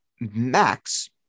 Max